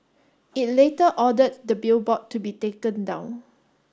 it later ordered the billboard to be taken down